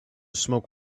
smoke